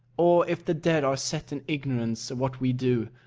or if the dead are set in ignorance of what we do,